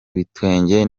ibitwenge